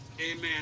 amen